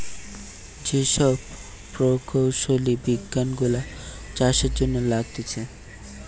যে সব প্রকৌশলী বিজ্ঞান গুলা চাষের জন্য লাগতিছে